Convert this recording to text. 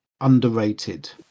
underrated